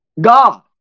God